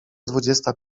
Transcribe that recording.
dwudziesta